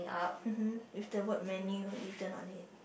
mmhmm with the word menu written on it